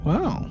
Wow